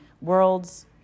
worlds